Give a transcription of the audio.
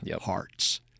hearts